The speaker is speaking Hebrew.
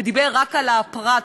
ודיבר רק על הפרט,